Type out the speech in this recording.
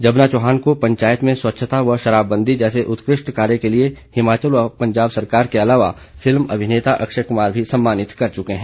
जबना चौहान को पंचायत में स्वच्छता व शराबबंदी जैसे उत्कृष्ट कार्य के लिये हिमाचल व पंजाब सरकार के अलावा फिल्म अभिनेता अक्षय कुमार भी सम्मानित कर चुके हैं